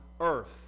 earth